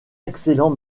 excellent